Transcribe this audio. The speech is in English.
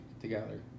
together